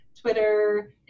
Twitter